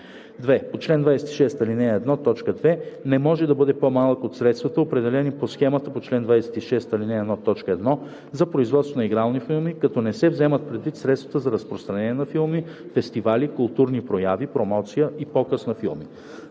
2. по чл. 26, ал. 1, т. 2 не може да бъде по-малък от средствата, определени по схемата по чл. 26, ал. 1, т. 1 за производство на игрални филми, като не се вземат предвид средствата за разпространение на филми, фестивали, културни прояви, промоция и показ на филми;